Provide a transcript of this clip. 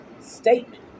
statement